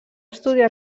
estudiar